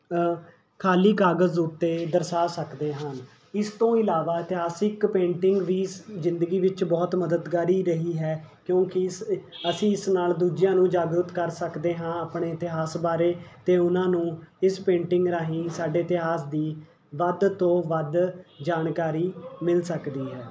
ਖਾਲੀ ਕਾਗਜ਼ ਉੱਤੇ ਦਰਸਾ ਸਕਦੇ ਹਨ ਇਸ ਤੋਂ ਇਲਾਵਾ ਇਤਿਹਾਸਿਕ ਪੇਂਟਿੰਗ ਵੀ ਜ਼ਿੰਦਗੀ ਵਿੱਚ ਬਹੁਤ ਮਦਦਗਾਰੀ ਰਹੀ ਹੈ ਕਿਉਂਕਿ ਇਸ ਅਸੀਂ ਇਸ ਨਾਲ ਦੂਜਿਆਂ ਨੂੰ ਜਾਗਰੂਕ ਕਰ ਸਕਦੇ ਹਾਂ ਆਪਣੇ ਇਤਿਹਾਸ ਬਾਰੇ ਅਤੇ ਉਹਨਾਂ ਨੂੰ ਇਸ ਪੇਂਟਿੰਗ ਰਾਹੀਂ ਸਾਡੇ ਇਤਿਹਾਸ ਦੀ ਵੱਧ ਤੋਂ ਵੱਧ ਜਾਣਕਾਰੀ ਮਿਲ ਸਕਦੀ ਹੈ